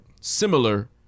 similar